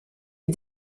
est